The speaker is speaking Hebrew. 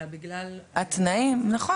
אלא בגלל --- התנאים, נכון.